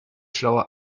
schlauer